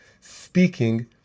speaking